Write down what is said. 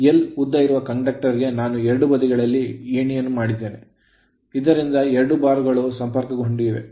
L ಉದ್ದಇರುವ conductor ಗೆ ನಾನು ಎರಡೂ ಬದಿಗಳಲ್ಲಿ ಏಣಿಯನ್ನು ಮಾಡಿದ್ದೇನೆ ಇದರಿಂದ ಎರಡು ಬಾರ್ ಗಳು ಸಂಪರ್ಕಗೊಂಡಿವೆ